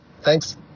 Thanks